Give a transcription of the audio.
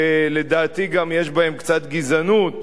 שלדעתי יש בהם קצת גזענות,